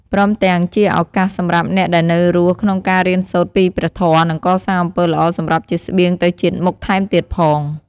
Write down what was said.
ព្រមទាំងជាឱកាសសម្រាប់អ្នកដែលនៅរស់ក្នុងការរៀនសូត្រពីព្រះធម៌ និងកសាងអំពើល្អសម្រាប់ជាស្បៀងទៅជាតិមុខថែមទៀតផង។